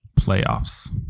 playoffs